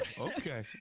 okay